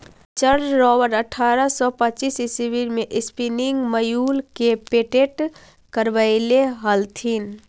Richard Robert अट्ठरह सौ पच्चीस ईस्वी में स्पीनिंग म्यूल के पेटेंट करवैले हलथिन